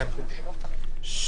זה".